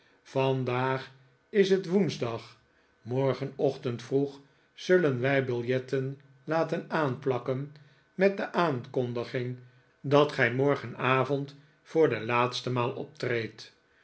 vandaag is het woensdag morgenochtend vroeg zullen wij biljetten laten aanplakken met de aankondiging dat gij morgenavond voor de laatste maal optreedt